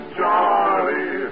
Charlie